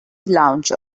lounge